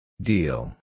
Deal